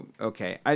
Okay